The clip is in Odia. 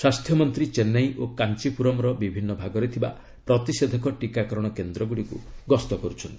ସ୍ୱାସ୍ଥ୍ୟମନ୍ତ୍ରୀ ଚେନ୍ନାଇ ଓ କାଞ୍ଚପ୍ରରମ୍ର ବିଭିନ୍ନ ଭାଗରେ ଥାବା ପ୍ରତିଷେଧକ ଟୀକାକରଣ କେନ୍ଦ୍ରଗୁଡ଼ିକୁ ଗସ୍ତ କରୁଛନ୍ତି